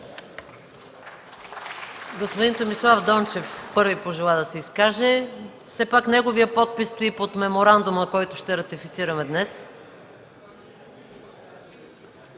Господин Томислав Дончев първи пожела да се изкаже – все пак неговият подпис стои под меморандума, който ще ратифицираме днес.